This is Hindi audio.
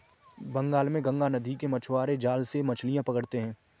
बंगाल में गंगा नदी में मछुआरे जाल से मछलियां पकड़ते हैं